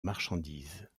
marchandises